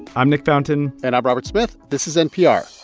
i'm nick fountain and i'm robert smith. this is npr.